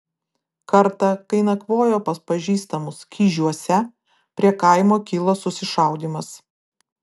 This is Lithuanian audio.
kartą kai nakvojo pas pažįstamus kižiuose prie kaimo kilo susišaudymas